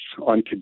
on